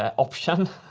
ah option.